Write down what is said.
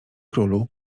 królu